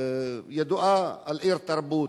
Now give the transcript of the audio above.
ידועה כעיר תרבות.